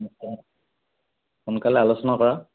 সোনকালে আলোচনা কৰা